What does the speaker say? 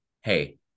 hey